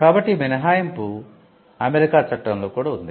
కాబట్టి ఈ మినహాయింపు US చట్టంలో కూడా ఉంది